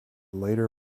later